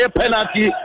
penalty